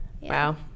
wow